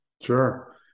Sure